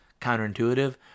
counterintuitive